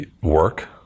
work